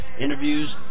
interviews